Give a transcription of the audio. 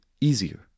easier